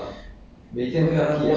you can search on